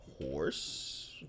Horse